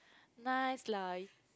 nice lah